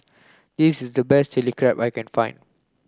this is the best Chilli Crab that I can find